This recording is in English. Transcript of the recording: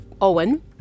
Owen